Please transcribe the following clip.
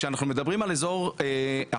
כשאנחנו מדברים על אזור הברך,